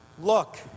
look